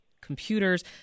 computers